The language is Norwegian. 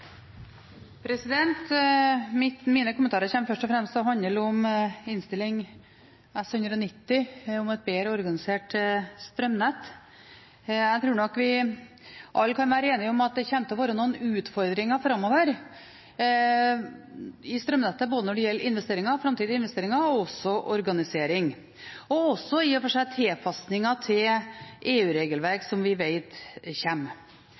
Mine kommentarer kommer først og fremst til å handle om Innst. 190 S for 2014–2015 om et bedre organisert strømnett. Jeg tror vi alle kan være enige om at det kommer til å være noen utfordringer i strømnettet framover, både når det gjelder framtidige investeringer og organisering, og i og for seg også tilpasninger til EU-regelverk som vi